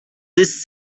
these